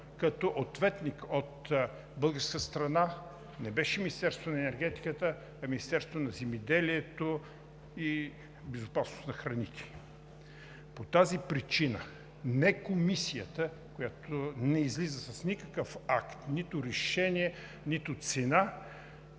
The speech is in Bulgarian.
като ответник от българската страна не беше Министерството на енергетиката, а Министерството на земеделието, храните и горите. По тази причина не Комисията, която не излиза с никакъв акт – нито решение, нито цена,